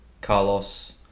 Carlos